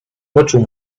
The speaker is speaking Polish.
poczuł